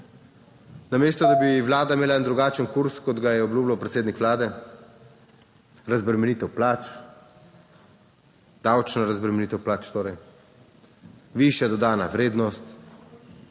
namesto da bi Vlada imela drugačen kurz, kot ga je obljubljal predsednik Vlade, razbremenitev plač, davčna razbremenitev plač, torej višja dodana vrednost,